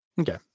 Okay